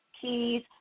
Keys